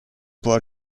può